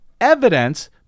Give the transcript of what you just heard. evidence